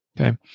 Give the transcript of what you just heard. Okay